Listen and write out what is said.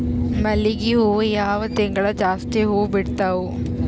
ಮಲ್ಲಿಗಿ ಹೂವು ಯಾವ ತಿಂಗಳು ಜಾಸ್ತಿ ಹೂವು ಬಿಡ್ತಾವು?